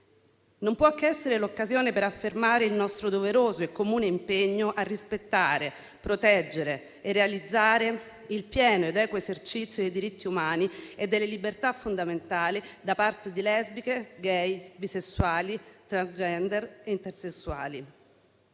non può che essere l'occasione per affermare il nostro doveroso e comune impegno a rispettare, proteggere e realizzare il pieno ed equo esercizio dei diritti umani e delle libertà fondamentali da parte di lesbiche, *gay*, bisessuali, *transgender* e intersessuali.